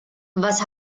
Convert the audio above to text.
was